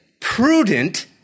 prudent